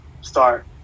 start